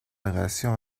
relation